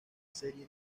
serie